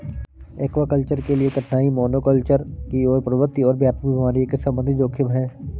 aquaculture के लिए कठिनाई मोनोकल्चर की ओर प्रवृत्ति और व्यापक बीमारी के संबंधित जोखिम है